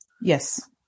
Yes